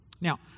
Now